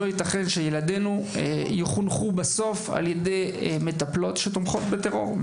לא יתכן שילדינו יחונכו בסוף על ידי מטפלות שתומכות בטרור.